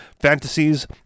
Fantasies